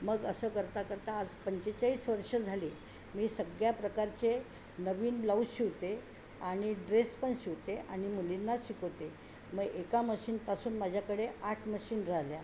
मग असं करता करता आज पंचेचाळीस वर्ष झाली मी सगळ्या प्रकारचे नवीन ब्लाऊज शिवते आणि ड्रेस पण शिवते आणि मुलींनाच शिकवते मग एका मशीनपासून माझ्याकडे आठ मशीन झाल्या